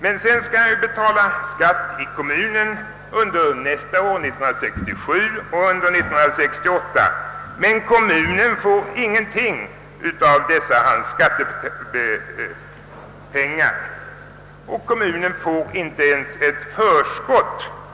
Men sedan skall han betala skatt i kommunen under 1967 och under 1968, men kommunen får ingenting av dessa hans skattepengar, inte ens ett förskott.